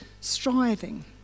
striving